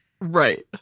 right